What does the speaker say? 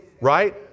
Right